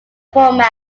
format